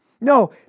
No